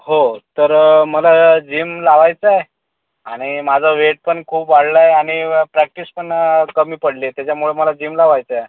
हो तर मला जिम लावायचं आहे आणि माझं वेट पण खूप वाढलं आहे आणि प्रॅक्टिस पण कमी पडली त्याच्यामुळे मला जिम लावायचं आहे